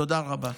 תודה רבה.